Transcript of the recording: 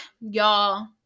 y'all